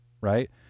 right